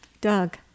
Doug